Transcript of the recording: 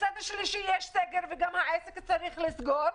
מצד שלישי, יש סגר וגם העסק צריך להיסגר.